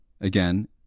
Again